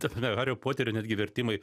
ta prasme hario poterio netgi vertimai